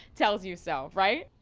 tells you so, right?